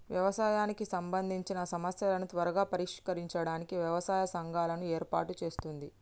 వ్యవసాయానికి సంబందిచిన సమస్యలను త్వరగా పరిష్కరించడానికి వ్యవసాయ సంఘాలను ఏర్పాటు చేస్తుంది